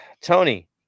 Tony